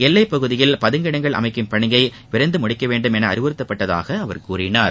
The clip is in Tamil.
எல்லை பகுதியில் பதுங்கிடங்கள் அமைக்கும் பணியை விரைந்து முடிக்கவேண்டும் என அறிவுறுத்தப்பட்டதாக அவர் கூறினார்